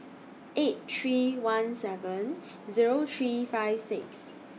eight three one seven Zero three five six